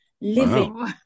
living